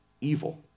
evil